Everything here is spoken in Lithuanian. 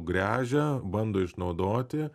gręžia bando išnaudoti